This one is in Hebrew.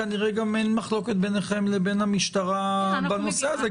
כנראה שגם אין מחלוקת ביניכם לבין המשטרה בנושא הזה,